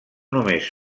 només